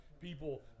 people